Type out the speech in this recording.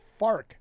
FARC